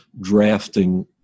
drafting